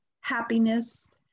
happiness